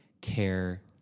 care